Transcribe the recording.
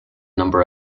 number